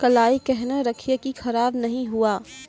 कलाई केहनो रखिए की खराब नहीं हुआ?